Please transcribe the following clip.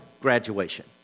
graduation